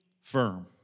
firm